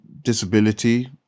disability